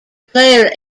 player